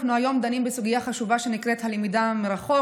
אנחנו היום דנים בסוגיה חשובה שנקראת "הלמידה מרחוק",